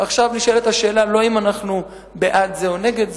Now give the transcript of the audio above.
ועכשיו נשאלת השאלה לא אם אנחנו בעד זה או נגד זה,